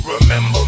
Remember